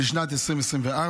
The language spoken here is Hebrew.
לשנת 2024,